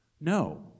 No